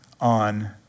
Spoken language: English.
on